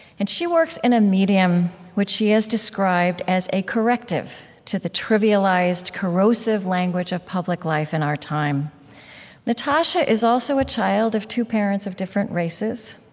and she works in a medium which she has described as a corrective to the trivialized corrosive language of public life in our time natasha is also a child of two parents of different races.